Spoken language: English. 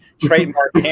trademark